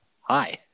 Hi